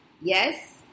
Yes